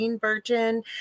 Virgin